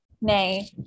nay